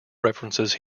references